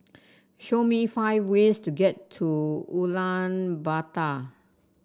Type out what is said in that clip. show me five ways to get to Ulaanbaatar